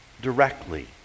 directly